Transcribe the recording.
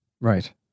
Right